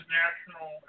national